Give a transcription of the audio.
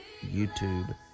YouTube